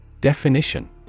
Definition